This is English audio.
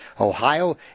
Ohio